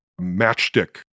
matchstick